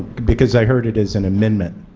because i heard it as an amendment,